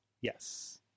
Yes